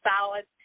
solid